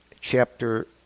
chapter